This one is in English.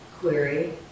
query